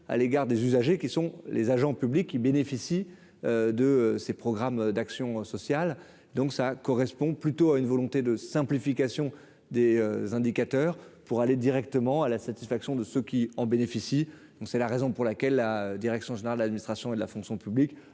à l'égard des usagers qui sont les agents publics qui bénéficient de ces programmes d'action sociale, donc ça correspond plutôt à une volonté de simplification des indicateurs pour aller directement à la satisfaction de ceux qui en bénéficient, donc c'est la raison pour laquelle la direction générale de l'administration et de la fonction publique